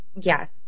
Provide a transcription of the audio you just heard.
Yes